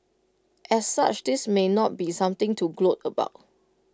as such this may not be something to gloat about